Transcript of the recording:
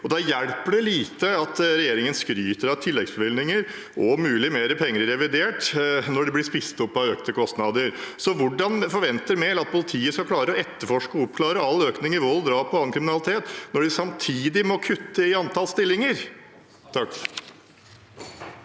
Da hjelper det lite at regjeringen skryter av tilleggsbevilgninger og mulig mer penger i revidert, når det blir spist opp av økte kostnader. Hvordan forventer Mehl at politiet skal klare å etterforske og oppklare all økning i vold, drap og annen kriminalitet, når de samtidig må kutte i antall stillinger?